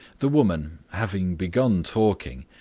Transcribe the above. the woman, having begun talking,